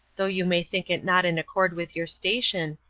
though you may think it not in accord with your station,